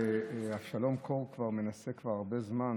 ואבשלום קור מנסה כבר הרבה זמן,